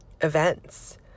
events